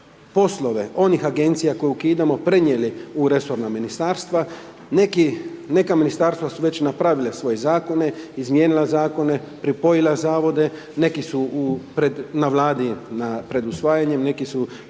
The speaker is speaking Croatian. poslove, onih agencija koje ukidamo, prenijeli u resorna ministarstava. Neka ministarstva su već napravile svoje zakone, izmijenila zakone, pripojila zavode, neki su na vladi pred usvojenjem, neki su